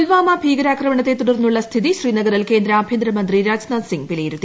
പുൽവാമ ഭീകരാക്ര്മണ്ട്ത്ത തുടർന്നുള്ള സ്ഥിതി ശ്രീനഗറിൽ കേന്ദ്രകൃആഭ്യന്തരമന്ത്രി രാജ്നാഥ് സിംഗ് വിലയിരുത്തി